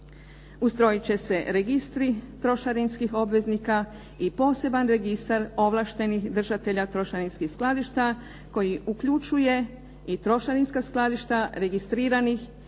Ustrojiti će se registri trošarinskih obveznika i poseban registar ovlaštenih držatelja trošarinskih skladišta koji uključuje i trošarinska skladišta registriranih